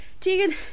Tegan